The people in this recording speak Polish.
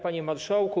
Panie Marszałku!